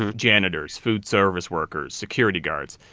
ah janitors, food service workers, security guards.